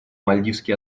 мальдивские